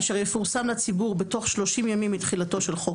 אשר יפורסם לציבור בתוך 30 ימים מתחילתו של חוק